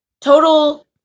total